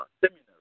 seminary